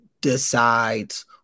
decides